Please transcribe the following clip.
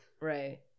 Right